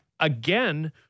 Again